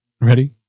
ready